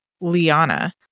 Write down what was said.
Liana